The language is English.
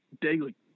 daily